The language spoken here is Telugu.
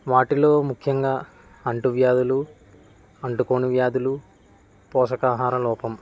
వాటిలో ముఖ్యంగా అంటూ వ్యాధులు అంటుకోని వ్యాధులు పోషకాహార లోపం